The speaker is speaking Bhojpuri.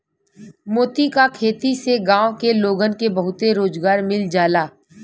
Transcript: मोती क खेती से गांव के लोगन के बहुते रोजगार मिल जाला